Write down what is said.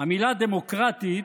המילה "דמוקרטית",